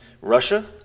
Russia